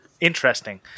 interesting